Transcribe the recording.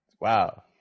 Wow